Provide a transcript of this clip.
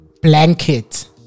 blanket